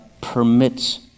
permits